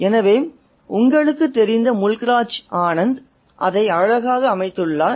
எனவே உங்களுக்குத் தெரிந்த முல்க் ராஜா ஆனந்த் அதை அழகாக அமைத்துள்ளார்